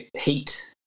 heat